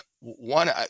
One